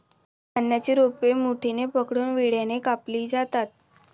धान्याची रोपे मुठीने पकडून विळ्याने कापली जातात